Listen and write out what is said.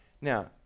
Now